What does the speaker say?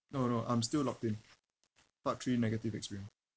no no I'm still logged in part three negative experience